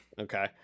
Okay